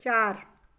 चार